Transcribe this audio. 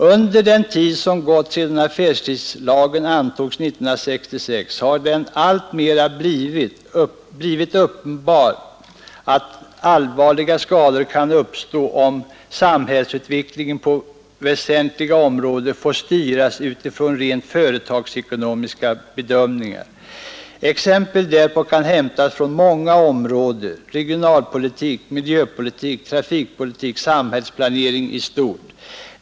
Under den tid som gått sedan affärstidslagen antogs 1966 har det alltmera blivit uppenbart att allvarliga skador kan uppstå om samhällsutvecklingen på väsentliga områden får styras utifrån rent företagsekonomiska bedömningar. Exempel härpå kan hämtas från många områden — regionalpolitik, miljöpolitik, trafikpolitik, samhällsplanering i stort.